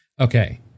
okay